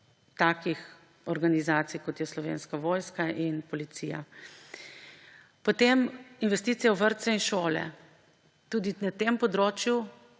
takih organizacij, kot sta Slovenska vojska in Policija. Investicija v vrtce in šole. Tudi na tem področju